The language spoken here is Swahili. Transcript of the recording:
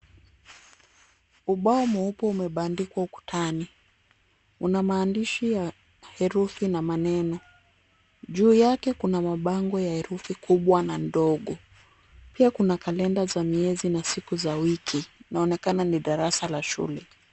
Ubao mweupe umebandikwa ukutani. Una maandishi ya herufi na maneno. Juu yake kuna mabango ya herufi kubwa na ndogo. Pia kuna kalenda za miezi na siku za wiki. Inaonekana ni darasa la shule.